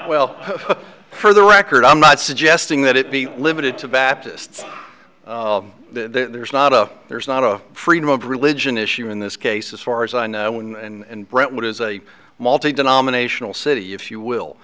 well for the record i'm not suggesting that it be limited to baptists there's not a there's not a freedom of religion issue in this case as far as i know and brentwood is a multi denominational city if you will